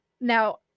Now